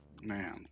Man